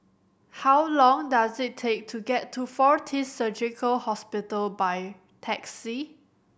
how long does it take to get to Fortis Surgical Hospital by taxi